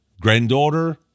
granddaughter